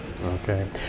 Okay